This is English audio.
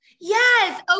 yes